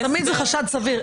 תמיד זה חשד סביר.